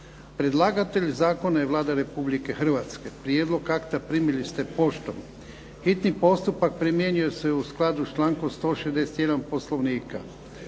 Predlagatelj zakona je Vlada Republike Hrvatske. Prijedlog akta primili ste poštom. Hitni postupak primjenjuje se u skladu s člankom 161. Poslovnika.